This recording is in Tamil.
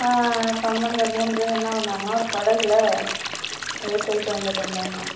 சம்பந்தர் மூணு பேரும் என்னா பண்ணாங்கன்னா ஒரு படகில் அப்படியே போயிவிட்டு வந்துவிட்டு இருந்தாங்களாம்